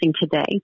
today